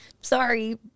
sorry